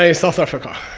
ah south africa.